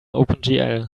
opengl